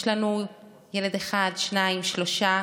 יש לנו ילד אחד, שניים, שלושה,